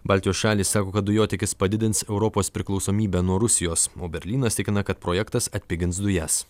baltijos šalys sako kad dujotiekis padidins europos priklausomybę nuo rusijos o berlynas tikina kad projektas atpigins dujas